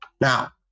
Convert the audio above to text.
Now